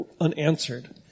unanswered